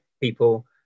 people